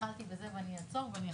התחלתי בזה ואני אחזור